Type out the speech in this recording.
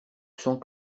sans